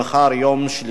יום שלישי,